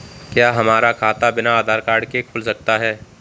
क्या हमारा खाता बिना आधार कार्ड के खुल सकता है?